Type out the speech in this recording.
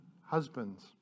husbands